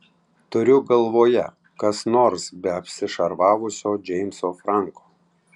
turiu galvoje kas nors be apsišarvavusio džeimso franko